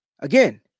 Again